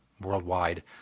worldwide